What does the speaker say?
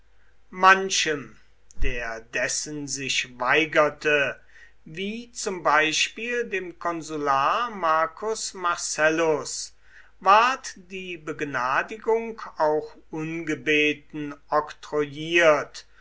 manchem der dessen sich weigerte wie zum beispiel dem konsular marcus marcellus ward die begnadigung auch ungebeten oktroyiert